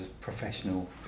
professional